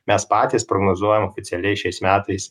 mes patys prognozuojam oficialiai šiais metais